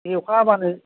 बे अखा हाब्लानो